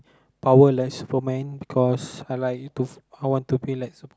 power less superman because I like to I want to be like superman